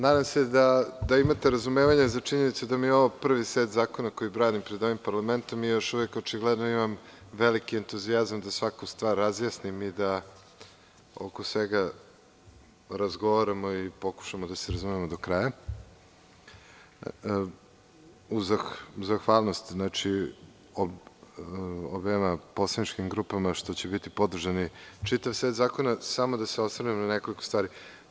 Nadam se da imate razumevanja za činjenicu da mi je ovo prvi set zakona koji branim pred ovim parlamentom i još uvek očigledno imam veliki entuzijazam da svaku stvar razjasnim i da oko svega razgovaramo i pokušamo da se razumemo do kraja, uz zahvalnost obema poslaničkim grupama što će podržati čitav set zakona, samo da se osvrnem na nekoliko stvari.